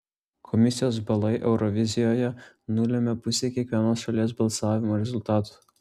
komisijos balai eurovizijoje nulemia pusę kiekvienos šalies balsavimo rezultatų